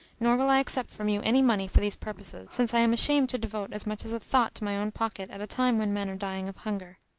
nor will i accept from you any money for these purposes, since i am ashamed to devote as much as a thought to my own pocket at a time when men are dying of hunger.